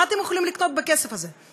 מה אתם יכולים לקנות בכסף הזה?